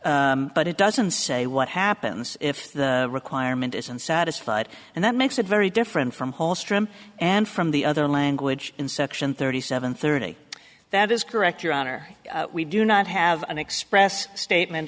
but it doesn't say what happens if the requirement isn't satisfied and that makes it very different from holstrom and from the other language in section thirty seven thirty that is correct your honor we do not have an express statement